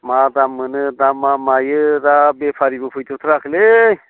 मा दाम मोनो दामा मायो दा बेफारिबो फैथ' थाराखैलै